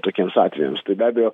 tokiems atvejams tai be abejo